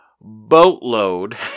boatload